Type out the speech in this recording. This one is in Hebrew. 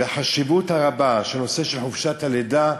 והחשיבות הרבה של הנושא של חופשת הלידה,